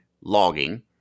logging